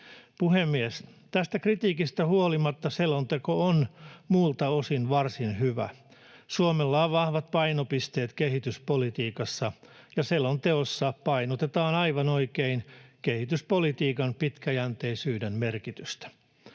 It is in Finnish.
Puhemies! Tästä kritiikistä huolimatta selonteko on muulta osin varsin hyvä. Suomella on vahvat painopisteet kehityspolitiikassa, ja selonteossa painotetaan aivan oikein kehityspolitiikan pitkäjänteisyyden merkitystä.